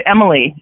Emily